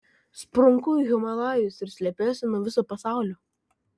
sprunku į himalajus ir slepiuosi nuo viso pasaulio